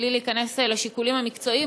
בלי להיכנס לשיקולים המקצועיים,